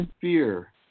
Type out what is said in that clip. fear